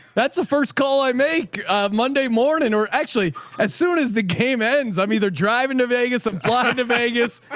that's the first call i make monday morning. or actually as soon as the game ends, i'm either driving to vegas. i'm flying but to vegas.